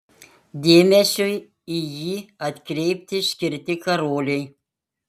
dėmesiui į jį atkreipti skirti karoliai